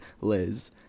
Liz